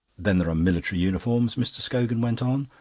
then there are military uniforms, mr. scogan went on.